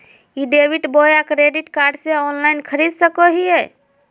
ई debit बोया credit card से online खरीद सको हिए?